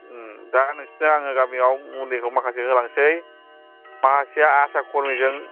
दा नोंसोरनो आङो गामियाव मुलिखौ माखासे होलांनोसै माखासेया आसा कर्मिजों